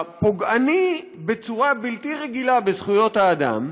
הפוגעני בצורה בלתי רגילה בזכויות האדם,